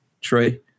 Trey